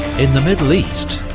in the middle east,